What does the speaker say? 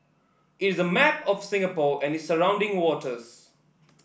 it is a map of Singapore and its surrounding waters